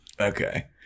Okay